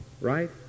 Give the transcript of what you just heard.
right